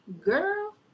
Girl